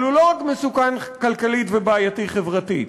אבל הוא לא רק מסוכן חברתית ובעייתי חברתית,